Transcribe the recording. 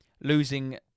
losing